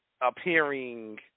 appearing